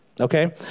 Okay